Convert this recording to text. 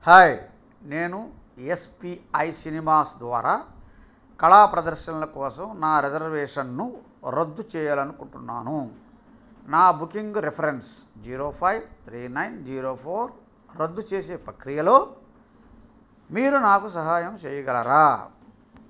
hi నేను S P I cinemas ద్వారా కళా ప్రదర్శనల కోసం నా రిజర్వేషన్ను రద్దు చేయాలి అనుకుంటున్నాను నా booking reference zero five three nine zero four రద్దు చేసే ప్రక్రియలో మీరు నాకు సహాయం చేయగలరా